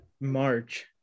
March